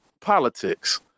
politics